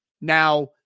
Now